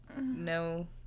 no